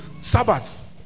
Sabbath